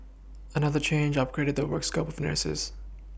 another change upgraded the work scope of nurses